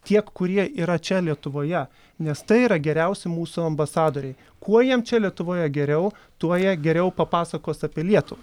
tiek kurie yra čia lietuvoje nes tai yra geriausi mūsų ambasadoriai kuo jiem čia lietuvoje geriau tuo jie geriau papasakos apie lietuv